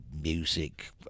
music